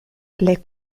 les